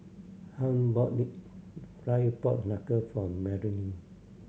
Hunt bought deep fry pork knuckle for Marylin